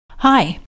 Hi